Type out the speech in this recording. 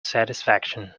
satisfaction